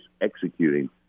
executing